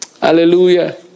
hallelujah